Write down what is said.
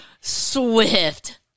Swift